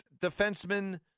defenseman